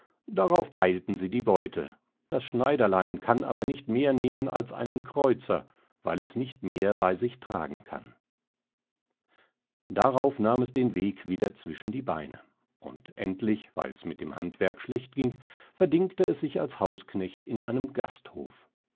darauf theilten sie die beute das schneiderlein kann aber nicht mehr nehmen als einen kreuzer weil es nicht mehr bei sich tragen kann darauf nahm es den weg wieder zwischen die beine und endlich weils mit dem handwerk schlecht ging verdingte es sich als hausknecht in einem gasthof